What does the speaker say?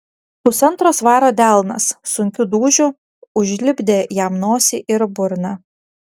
pusantro svaro delnas sunkiu dūžiu užlipdė jam nosį ir burną